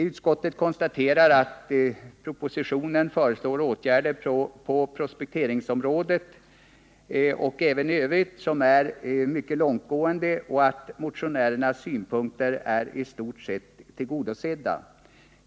Utskottet konstaterar att propositionen föreslår åtgärder på prospekteringsområdet, och även i övrigt, som är mycket långtgående och att motionärernas synpunkter i stort sett är tillgodosedda.